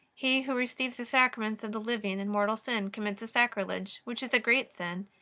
he who receives the sacraments of the living in mortal sin commits a sacrilege, which is a great sin,